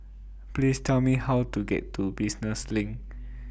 Please Tell Me How to get to Business LINK